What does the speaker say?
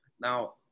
Now